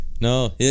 no